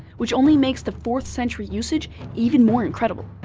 which only makes the fourth century usage even more incredible.